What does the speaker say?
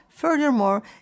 Furthermore